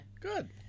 Good